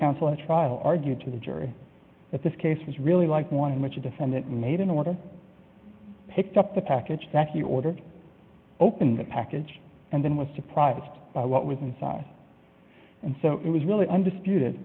counsel at trial argued to the jury that this case was really like one in which a defendant made an order picked up the package that he ordered opened the package and then was surprised by what was inside and so it was really undisputed